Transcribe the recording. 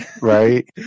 right